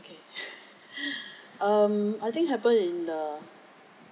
okay um I think happened in the